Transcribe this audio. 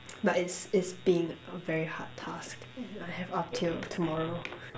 but it's it's been a very hard task and I have up till tomorrow